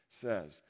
says